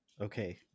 okay